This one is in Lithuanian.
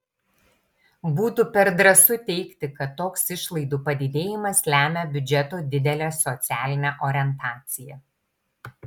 būtų per drąsu teigti kad toks išlaidų padidėjimas lemia biudžeto didelę socialinę orientaciją